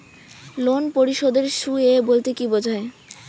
Loan পরিশোধের সূএ বলতে কি বোঝায়?